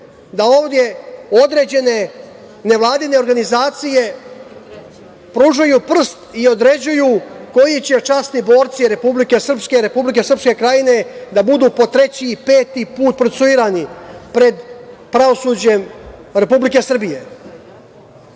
da ovde određene nevladine organizacije pružaju prst i određuju koji će časni borci Republike Srpske, Republike Srpske krajine da budu po treći, peti put procesuirani pred pravosuđem Republike Srbije. Svi